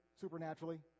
supernaturally